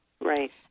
Right